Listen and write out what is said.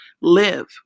live